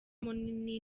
munini